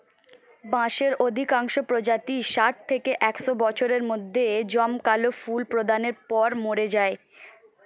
বাঁশের অধিকাংশ প্রজাতিই ষাট থেকে একশ বছরের মধ্যে জমকালো ফুল প্রদানের পর মরে যায়